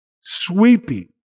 sweeping